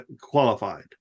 qualified